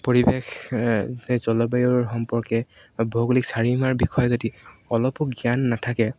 পৰিৱেশ সেই জলবায়ুৰ সম্পৰ্কে ভৌগোলিক চাৰিসীমাৰ বিষয়ে যদি অলপো জ্ঞান নাথাকে